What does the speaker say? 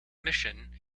mission